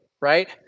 right